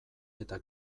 eta